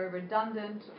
redundant